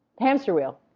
hamster wheel.